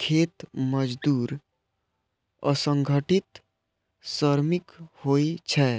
खेत मजदूर असंगठित श्रमिक होइ छै,